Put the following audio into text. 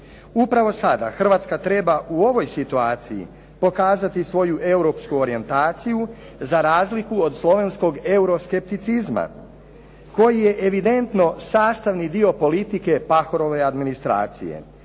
Upravo sada Hrvatska treba u ovoj situaciji pokazati svoju europsku orijentaciju za razliku od slovenskog euroskepticizma koji je evidentno sastavni dio politike Pahorove administracije.